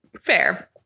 Fair